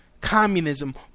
communism